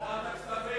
ועדת הכספים.